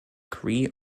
kree